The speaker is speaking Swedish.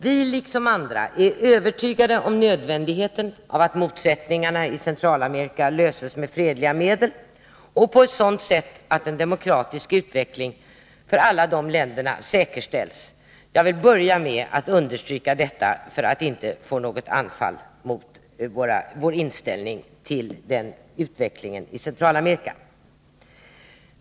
Vi liksom andra är övertygade om nödvändigheten av att motsättningarna i Centralamerika löses med fredliga medel och på ett sådant sätt att en demokratisk utveckling för alla dessa länder säkerställs. Jag vill börja med att understryka detta för att inte få något anfall mot vår inställning till utvecklingen i Centralamerika.